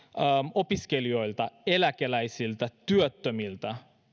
opiskelijoilta eläkeläisiltä työttömiltä